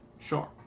Sure